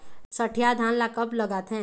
सठिया धान ला कब लगाथें?